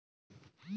PPF কি?